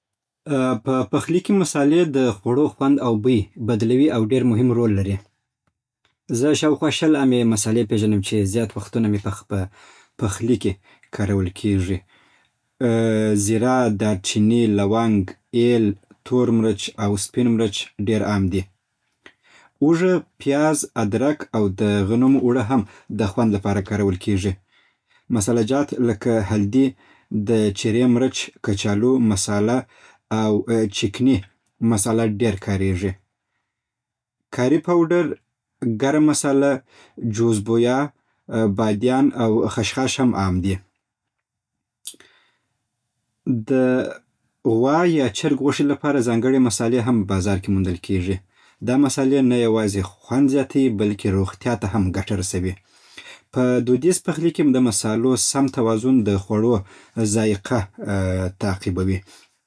"په پخلی کې مصالې د خوړو خوند او بوی بدلوي او ډېر مهم رول لري. زه شاوخوا شل عامې مصالې پېژنم چې زيات وختونه مې پخ - په پخلی کې کارول کېژي. زيره، دارچينی، لونګ، ایل، تور مرچ او سپين مرچ ډېر عام دي. اوژه، پياز، ادرک او د غنمو اوړه هم د خوند لپاره کارول کېژي. مصاله جات له هلډي، د چيرې مرچ، کچالو مسالو او چکني مساله ډېر کارېژي. کاري پاوډر، ګرم مصاله، جوزبويا، باديان او خشخاش هم عام دي. د غوا يا چرګ غوشې لپاره ځانګړي مصالې هم بازار کې موندل کېژي. دا مصالې نه يوازې خوند زیاتوي، بلکې روغتيا ته هم ګټه رسوي. په دوديز پخلی کې ام د مصالو سم توازن د خوړو ذائقه تعقیبوی."